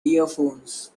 earphones